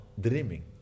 dreaming